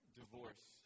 divorce